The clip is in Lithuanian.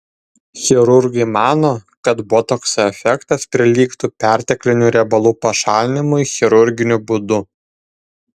chirurgai mano kad botokso efektas prilygtų perteklinių riebalų pašalinimui chirurginiu būdu